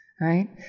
right